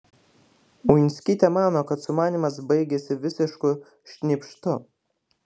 uinskytė mano kad sumanymas baigėsi visišku šnypštu